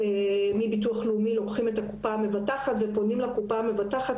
לוקחים מביטוח לאומי את הקופה המבטחת ופונים לקופה המבטחת